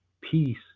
peace